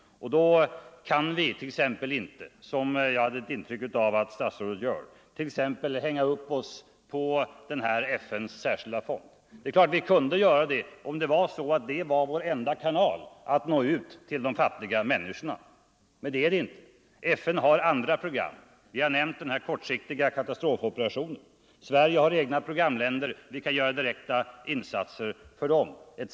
Då kan man t.ex. inte hänga upp sig på FN:s särskilda fond. Vi kunde göra det om det var vår enda kanal att nå ut till de fattiga människorna, men det är det inte. FN har andra program. Vi har nämnt den kortsiktiga kata SS strofoperationen. Sverige har egna programländer; vi kan göra direkta insatser för dem.